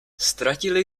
ztratili